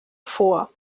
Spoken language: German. vor